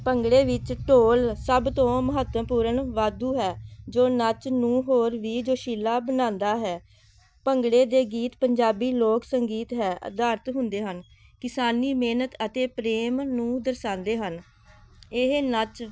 ਭੰਗੜੇ ਵਿੱਚ ਢੋਲ ਸਭ ਤੋਂ ਮਹੱਤਵਪੂਰਨ ਵਾਧੂ ਹੈ ਜੋ ਨੱਚ ਨੂੰ ਹੋਰ ਵੀ ਜੋਸ਼ੀਲਾ ਬਣਾਉਂਦਾ ਹੈ ਭੰਗੜੇ ਦੇ ਗੀਤ ਪੰਜਾਬੀ ਲੋਕ ਸੰਗੀਤ ਹੈ ਆਧਾਰਤ ਹੁੰਦੇ ਹਨ ਕਿਸਾਨੀ ਮਿਹਨਤ ਅਤੇ ਪ੍ਰੇਮ ਨੂੰ ਦਰਸਾਉਂਦੇ ਹਨ ਇਹ ਨੱਚ